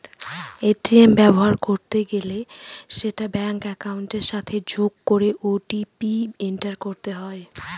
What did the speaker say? ATM ব্যবহার করতে গেলে সেটা ব্যাঙ্ক একাউন্টের সাথে যোগ করে ও.টি.পি এন্টার করতে হয়